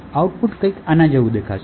output કંઈક આના જેવું દેખાશે